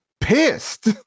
pissed